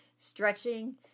stretching